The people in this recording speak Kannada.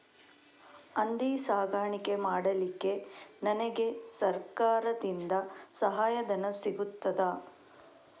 ಹಂದಿ ಸಾಕಾಣಿಕೆ ಮಾಡಲಿಕ್ಕೆ ನನಗೆ ಸರಕಾರದಿಂದ ಸಹಾಯಧನ ಸಿಗುತ್ತದಾ?